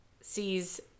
sees